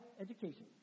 education